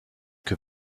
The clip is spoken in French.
que